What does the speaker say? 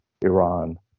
Iran